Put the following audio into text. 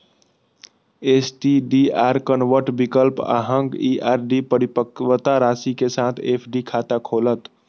STDR convert विकल्प अहांक ई आर.डी परिपक्वता राशि के साथ एफ.डी खाता खोलत